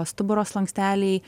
stuburo slanksteliai